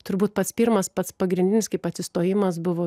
turbūt pats pirmas pats pagrindinis kaip atsistojimas buvo